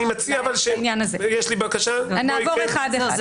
נעבור אחד-אחד.